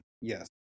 yes